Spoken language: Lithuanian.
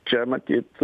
čia matyt